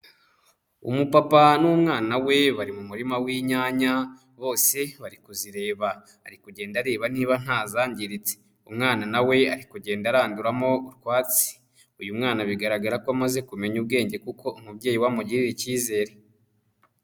Umupapa n'umwana we bari mu murima w'inyanya bose bari kuzireba, ari kugenda areba niba ntazangiritse umwana na we ari kugenda aranduramo utwatsi, uyu mwana bigaragara ko amaze kumenya ubwenge kuko umubyeyi we amugirira icyizere.